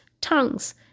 tongues